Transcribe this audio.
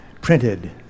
printed